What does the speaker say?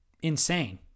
insane